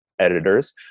editors